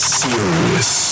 serious